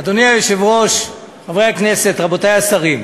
אדוני היושב-ראש, חברי הכנסת, רבותי השרים,